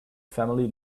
family